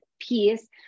piece